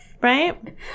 right